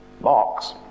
marks